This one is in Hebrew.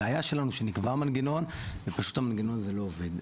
הבעיה שלנו שנקבע מנגנון ופשוט המנגנון הזה לא עובד.